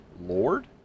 Lord